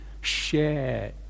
share